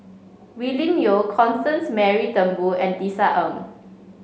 Willin Constance Mary Turnbull and Tisa Ng